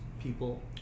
people